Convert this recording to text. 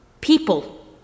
people